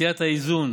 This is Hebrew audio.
מציאת האיזון